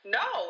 no